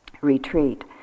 retreat